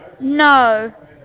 No